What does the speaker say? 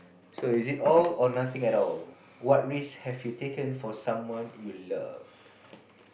so is it all or nothing at all what risk have you taken for someone you love